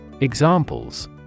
Examples